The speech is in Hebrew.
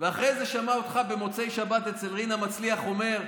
ואחרי זה שמע אותך במוצאי שבת אצל רינה מצליח אומר: